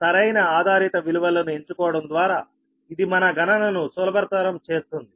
సరైన ఆధారిత విలువలను ఎంచుకోవడం ద్వారా ఇది మన గణనను సులభతరం చేస్తుంది